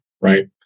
right